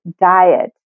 diet